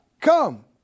come